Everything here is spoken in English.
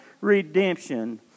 redemption